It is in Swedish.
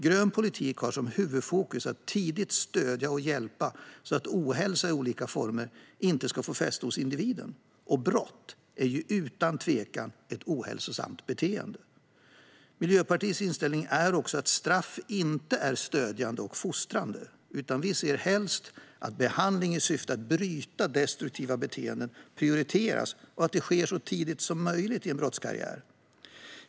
Grön politik har som huvudfokus att tidigt stödja och hjälpa så att ohälsa i olika former inte ska få fäste hos individen - och brott är utan tvivel ett ohälsosamt beteende. Miljöpartiets inställning är också att straff inte är stödjande eller fostrande, utan vi ser helst att behandling i syfte att bryta destruktiva beteenden prioriteras och att det sker så tidigt som möjligt i en brottskarriär.